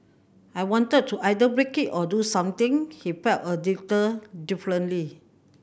I wanted to either break it or do something he felt a differently